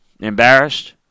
Embarrassed